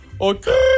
okay